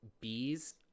Bees